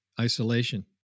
isolation